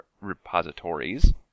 repositories